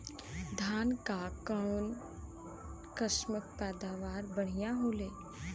धान क कऊन कसमक पैदावार बढ़िया होले?